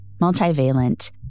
multivalent